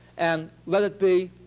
and let it be,